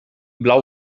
blau